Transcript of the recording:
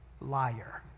liar